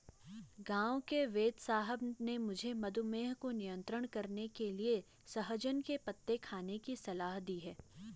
गांव के वेदसाहब ने मुझे मधुमेह को नियंत्रण करने के लिए सहजन के पत्ते खाने की सलाह दी है